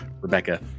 Rebecca